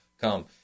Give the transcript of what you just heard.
come